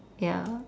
ya